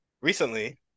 recently